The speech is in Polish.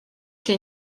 się